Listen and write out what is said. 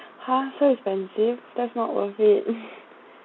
ha so expensive that's not worth it